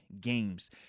games